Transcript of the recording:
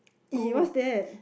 !ee! what's that